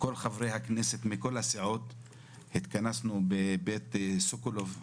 כל חברי הכנסת מכל הסיעות התכנסנו בבית סוקולוב.